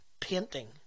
painting